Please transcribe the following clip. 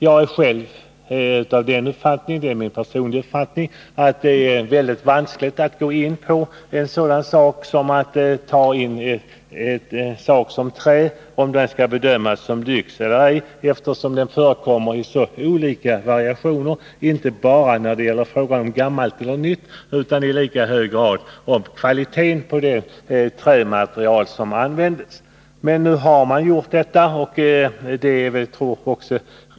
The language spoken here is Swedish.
Jag har personligen den uppfattningen att det är väldigt vanskligt att bedöma huruvida trä skall bedömas som lyx eller inte, eftersom trä förekommer i så olika variationer. Det är inte bara fråga om det är gammalt eller nytt, utan i lika hög grad om kvaliteten på det trämaterial som användes.